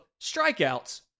strikeouts